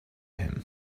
him